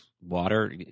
water